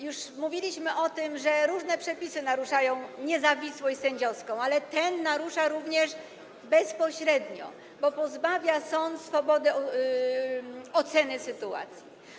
Już mówiliśmy o tym, że różne przepisy naruszają niezawisłość sędziowską, ale ten narusza również bezpośrednio, bo pozbawia sąd swobody oceny sytuacji.